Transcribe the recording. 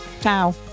Ciao